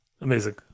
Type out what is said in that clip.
Amazing